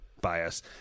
bias